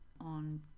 on